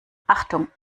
achtung